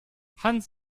hans